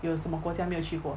有什么国家没有去过